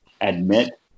admit